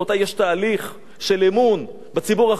יש תהליך של אמון בציבור החרדי.